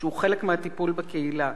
שהוא חלק מהטיפול בקהילה.